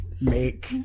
make